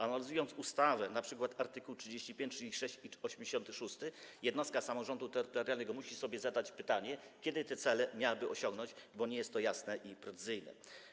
Analizując ustawę, np. art. 35, art. 36 i art. 86, jednostka samorządu terytorialnego musi sobie zadać pytanie, kiedy te cele miałaby osiągnąć, bo nie jest to jasne ani precyzyjne.